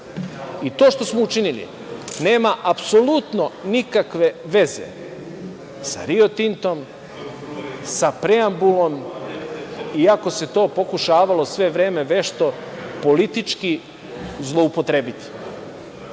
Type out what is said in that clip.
I to što smo učinili nema apsolutno nikakve veze sa „Rio Tintom“, sa preambulom, iako se to pokušavalo sve vreme vešto politički zloupotrebiti.